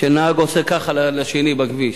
שנהג עושה ככה לשני בכביש.